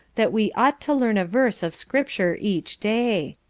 that we ought to learn a verse of scripture each day